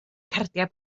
cardiau